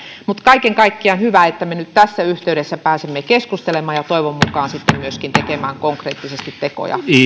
mutta kaiken kaikkiaan on hyvä että me nyt tässä yhteydessä pääsemme keskustelemaan ja toivon mukaan sitten myöskin tekemään konkreettisesti tekoja